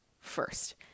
first